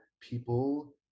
people